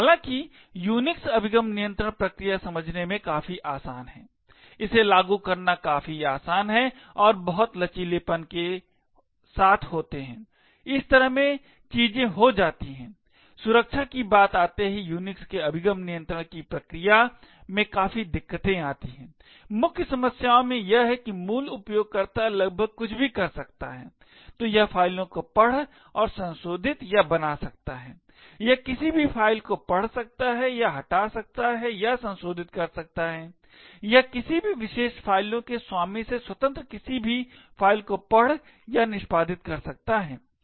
हालांकि यूनिक्स अभिगम नियंत्रण प्रक्रिया समझने में काफी आसान है इसे लागू करना काफी आसान है और बहुत लचीलेपन के होते हैं इस तरह में चीजें हो जाती हैं सुरक्षा की बात आते ही यूनिक्स के अभिगम नियंत्रण प्रक्रिया में काफी दिक्कतें आती हैं मुख्य समस्याओं में यह है कि मूल उपयोगकर्ता लगभग कुछ भी कर सकता है तो यह फ़ाइलों को पढ़ और संशोधित या बना सकता है यह किसी भी फाइल को पढ़ सकता है या हटा सकता है या संशोधित कर सकता है यह किसी भी विशेष फाइलों के स्वामी से स्वतंत्र किसी भी फाइल को पढ़ या निष्पादित कर सकता है